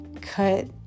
Cut